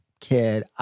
kid